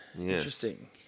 Interesting